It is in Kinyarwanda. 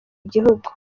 igihugu